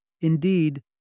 Indeed